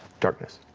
darkness.